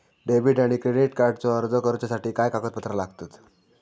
Debit आणि credit कार्डचो अर्ज करुच्यासाठी काय कागदपत्र लागतत?